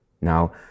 Now